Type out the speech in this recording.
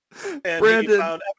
Brandon